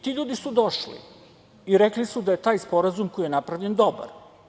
Ti ljudi su došli i rekli su da je taj sporazum koji je napravljen dobar.